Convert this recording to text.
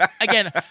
Again